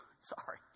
Sorry